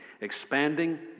expanding